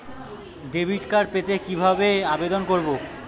Debit card পেতে কি ভাবে আবেদন করব?